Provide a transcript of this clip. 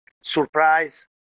surprise